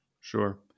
Sure